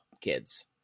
kids